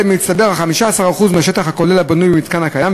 במצטבר על 15% מהשטח הכולל הבנוי במתקן הקיים,